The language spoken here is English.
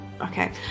okay